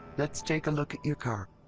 let's take a look at your car.